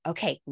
Okay